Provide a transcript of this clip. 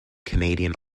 canadian